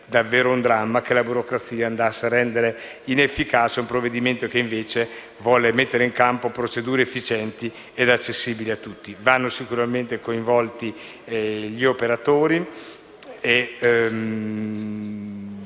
evitare il dramma che la burocrazia renda inefficace un provvedimento che, invece, vuole mettere in campo procedure efficienti e accessibili a tutti. Sicuramente vanno coinvolti gli operatori.